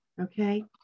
okay